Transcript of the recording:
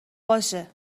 باشه